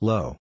Low